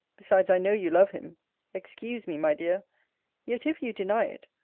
besides, i know you love him excuse me, my dear yet, if you deny it,